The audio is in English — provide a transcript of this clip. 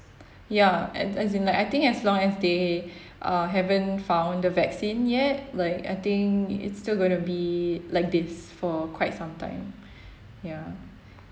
ya and as in like I think as long as they uh haven't found the vaccine yet like I think it's still going to be like this for quite some time ya